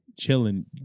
chilling